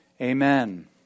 Amen